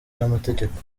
n’amategeko